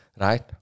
right